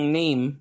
name